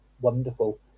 Wonderful